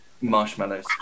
marshmallows